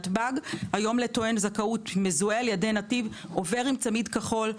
היום טוען זכאות מזוהה על ידי נתיב עובר עם צמיד כחול בנתב"ג,